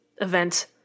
event